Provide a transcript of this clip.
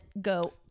go